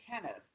Kenneth